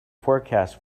forecast